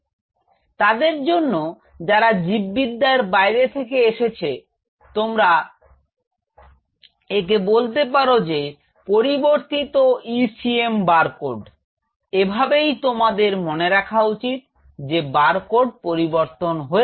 তো তাদের জন্য যারা জীববিদ্যার বাইরে থেকে এসেছ তোমরা বলতে একে বলতে পার যে পরিবর্তিত ECM বারকোড এভাবেই তোমাদের মনে রাখা উচিত যে বারকোড পরিবর্তন হয়েছে